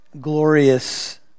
glorious